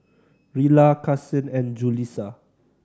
Rilla Carsen and Julissa